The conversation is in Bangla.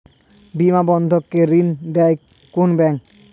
বিনা বন্ধক কে ঋণ দেয় কোন ব্যাংক?